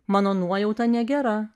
mano nuojauta negera